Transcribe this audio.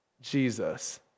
Jesus